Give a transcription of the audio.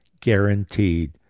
guaranteed